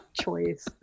choice